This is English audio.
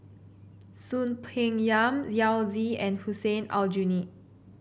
Soon Peng Yam Yao Zi and Hussein Aljunied